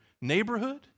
neighborhood